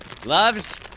Gloves